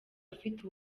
ufite